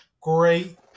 great